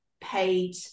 paid